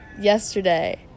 yesterday